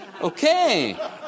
Okay